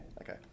Okay